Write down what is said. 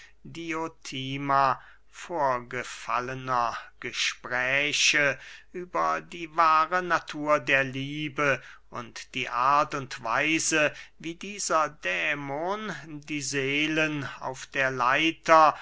diotima vorgefallener gespräche über die wahre natur der liebe und die art und weise wie dieser dämon die seelen auf der leiter